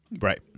Right